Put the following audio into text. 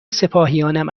سپاهیانم